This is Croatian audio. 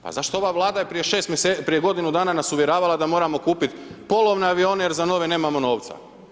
Pa zašto ova Vlada je prije godinu danas nas uvjeravala da moramo kupiti polovne avione jer za nove nemamo novca.